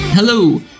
Hello